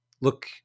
look